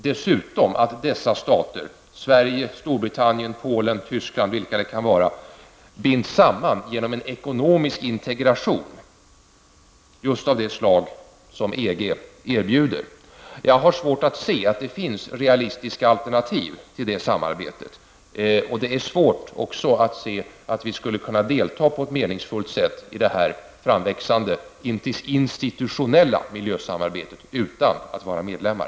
Dessutom skall dessa stater -- Sverige, Storbritannien, Polen, Tyskland eller vilka det nu kan vara -- bindas samman genom en ekonomisk integration just av det slag som EG erbjuder. Jag har svårt att se att det finns realistiska alternativ till det samarbetet, och det är svårt att se att vi skulle kunna delta på ett meningsfullt sätt i det här framväxande institutionella miljösamarbetet utan att vara medlemmar.